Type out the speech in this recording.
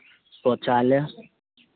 शौचालय